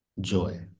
joy